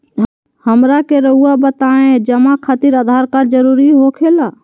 हमरा के रहुआ बताएं जमा खातिर आधार कार्ड जरूरी हो खेला?